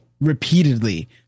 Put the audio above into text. repeatedly